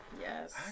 Yes